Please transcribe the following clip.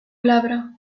glabra